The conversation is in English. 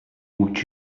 would